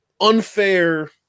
unfair